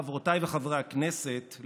חברותיי וחברי הכנסת,